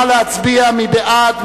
נא להצביע, מי בעד?